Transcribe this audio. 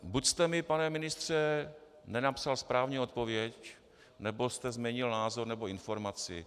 Buď jste mi, pane ministře, nenapsal správně odpověď, nebo jste změnil názor nebo informaci.